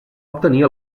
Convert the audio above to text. obtenir